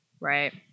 Right